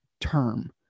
term